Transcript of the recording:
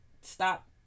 stop